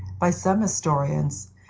by some historians,